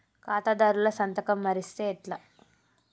ఖాతాదారుల సంతకం మరిస్తే ఎట్లా?